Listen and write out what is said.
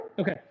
Okay